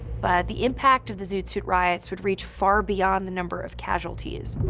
but the impact of the zoot suit riots would reach far beyond the number of casualties.